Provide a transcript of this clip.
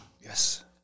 Yes